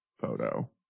photo